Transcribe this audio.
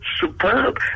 superb